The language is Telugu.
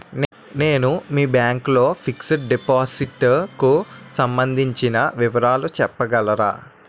నేను మీ బ్యాంక్ లో ఫిక్సడ్ డెపోసిట్ కు సంబందించిన వివరాలు చెప్పగలరా?